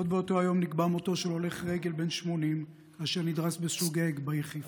עוד באותו היום נקבע מותו של הולך רגל בן 80 אשר נדרס בשוגג בעיר חיפה.